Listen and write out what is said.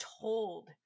told